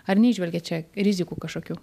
ar neįžvelgiat čia rizikų kažkokių